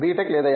tech లేదా ఎం